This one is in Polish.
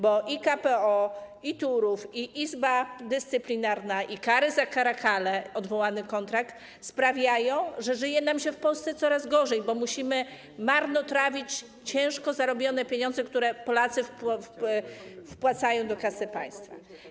Bo i KPO, i Turów, i Izba Dyscyplinarna, i kara za caracale, za odwołany kontrakt, sprawiają, że żyje nam się w Polsce coraz gorzej, bo musimy marnotrawić ciężko zarobione pieniądze, które Polacy wpłacają do kasy państwa.